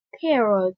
period